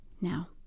Now